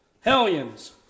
hellions